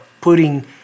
putting